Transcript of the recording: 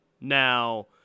Now